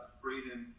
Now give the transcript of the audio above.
freedom